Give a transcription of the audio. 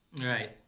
Right